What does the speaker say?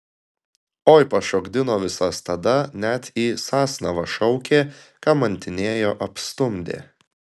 oi pašokdino visas tada net į sasnavą šaukė kamantinėjo apstumdė